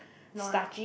no ah